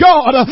God